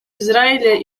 израиля